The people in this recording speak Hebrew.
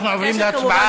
אנחנו עוברים להצבעה,